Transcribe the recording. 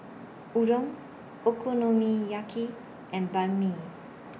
Udon Okonomiyaki and Banh MI